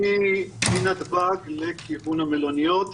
מנתב"ג לכיוון המלוניות.